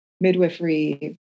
midwifery